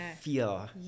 feel